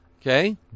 okay